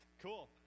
Cool